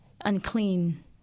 unclean